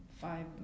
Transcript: five